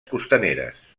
costaneres